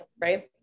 Right